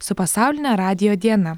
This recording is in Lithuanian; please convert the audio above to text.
su pasauline radijo diena